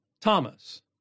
Thomas